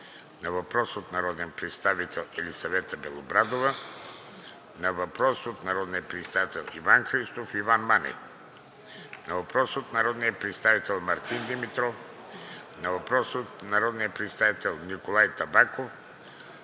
на въпрос от народния представител Елисавета Белобрадова; на въпрос от народните представители Иван Христов и Иван Манев; на въпрос от народния представител Мартин Димитров; на въпрос от народния представител Николай Табаков;